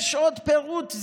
יש עוד פירוט.